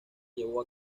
llevó